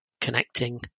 connecting